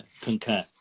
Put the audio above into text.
concur